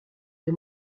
les